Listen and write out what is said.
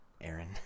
Aaron